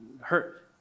hurt